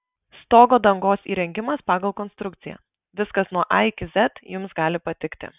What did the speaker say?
stogo dangos įrengimas pagal konstrukciją viskas nuo a iki z jums gali patikti